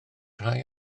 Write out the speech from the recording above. rhai